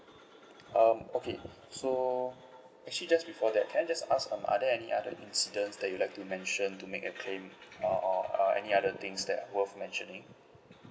um okay so actually just before that can I just ask um are there any other incidents that you like to mention to make a claim or or err any other things that worth mentioning